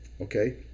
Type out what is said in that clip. okay